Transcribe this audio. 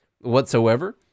whatsoever